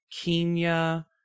Kenya